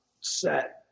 set